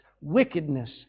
wickedness